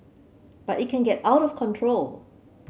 but it can get out of control